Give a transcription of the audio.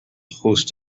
host